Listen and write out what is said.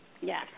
Yes